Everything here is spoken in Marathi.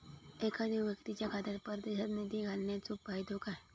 एखादो व्यक्तीच्या खात्यात परदेशात निधी घालन्याचो फायदो काय?